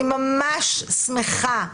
אני ממש שמחה,